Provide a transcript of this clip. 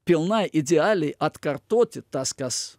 pilnai idealiai atkartoti tas kas